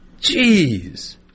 Jeez